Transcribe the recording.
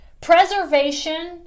preservation